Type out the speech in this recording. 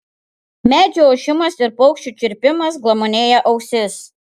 medžių ošimas ir paukščių čirpimas glamonėja ausis